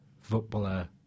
footballer